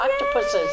octopuses